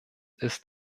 ist